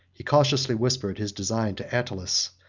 he cautiously whispered his design to attalus,